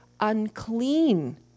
unclean